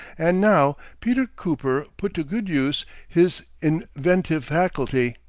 and now peter cooper put to good use his inventive faculty.